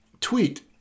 tweet